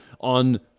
on